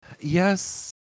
Yes